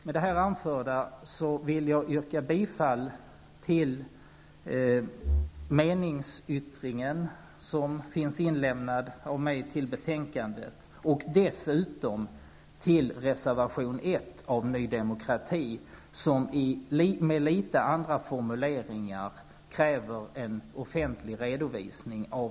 Med det här anförda vill jag yrka bifall till meningsyttringen till betänkandet som är inlämnad av mig och dessutom bifall till reservation 1 av Ny Demokrati, som med litet andra formuleringar kräver en offentlig redovisning av